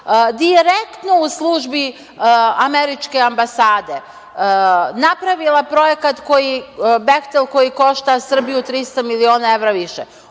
direktno u službi američke ambasade. Napravila je projekat Behtel, koji košta Srbiju 300 miliona više.